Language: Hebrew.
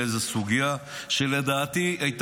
אני רוצה להתייחס לאיזו סוגיה שלדעתי הייתה